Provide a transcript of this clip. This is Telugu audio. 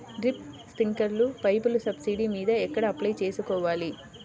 డ్రిప్, స్ప్రింకర్లు పైపులు సబ్సిడీ మీద ఎక్కడ అప్లై చేసుకోవాలి?